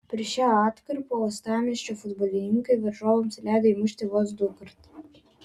per šią atkarpą uostamiesčio futbolininkai varžovams leido įmušti vos dukart